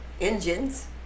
Engines